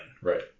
Right